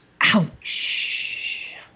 Ouch